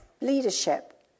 leadership